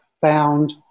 found